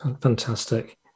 fantastic